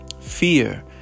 Fear